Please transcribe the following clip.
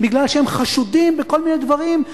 כי הם חשודים בכל מיני דברים,